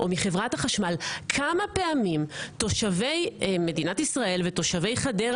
או מחברת החשמל כמה פעמים תושבי מדינת ישראל ותושבי חדרה